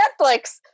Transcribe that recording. netflix